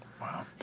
Wow